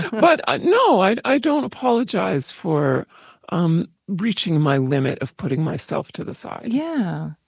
but ah no, i i don't apologize for um reaching my limit of putting myself to the side yeah.